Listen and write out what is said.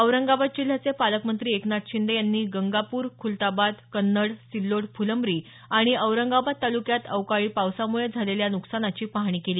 औरंगाबाद जिल्ह्याचे पालकमंत्री एकनाथ शिंदे यांनी गंगापूर खुलताबाद कन्नड सिल्लोड फुलंब्री आणि औरंगाबाद तालुक्यात अवकाळी पावसामुळे झालेल्या न्कसानाची पाहणी केली